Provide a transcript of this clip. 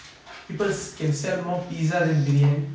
people can sell more pizza than biryani